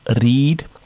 read